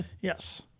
yes